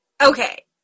okay